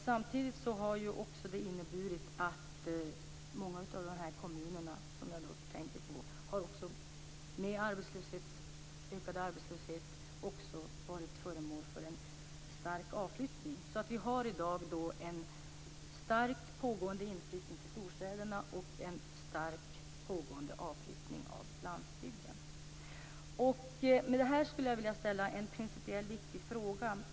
Samtidigt har det inneburit att många av kommunerna har med ökad arbetslöshet varit föremål för en stark avflyttning. Vi har i dag en stark pågående inflyttning till storstäderna och en stark pågående avflyttning från landsbygden. Med tanke på detta skulle jag vilja ställa en principiellt viktig fråga.